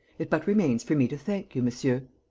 it but remains for me to thank you, monsieur.